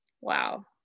Wow